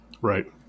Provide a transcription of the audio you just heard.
Right